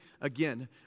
again